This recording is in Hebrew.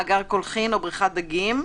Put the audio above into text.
מאגר קולחין או בריכת דגים,